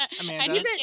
Amanda